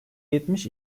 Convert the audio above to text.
yetmiş